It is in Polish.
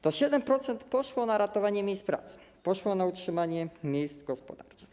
To 7% poszło na ratowanie miejsc pracy, poszło na utrzymanie miejsc gospodarczych.